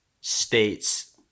state's